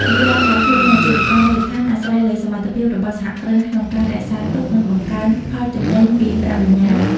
និរន្តរភាពនៃអាជីវកម្មមូលដ្ឋានអាស្រ័យលើសមត្ថភាពរបស់សហគ្រិនក្នុងការ "រក្សាទុក និងបង្កើន" ផលចំណេញពីប្រាក់បញ្ញើ។